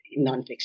nonfiction